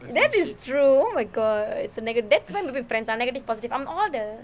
that is true oh my god it's a negative that's why we are friends negative positive I'm all the